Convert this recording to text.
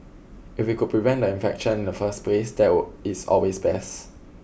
if we could prevent the infection in the first place that is always best